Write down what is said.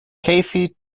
cathy